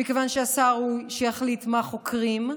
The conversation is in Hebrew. מכיוון שהשר הוא שיחליט מה חוקרים,